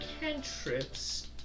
cantrips